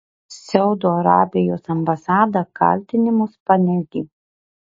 saudo arabijos ambasada kaltinimus paneigė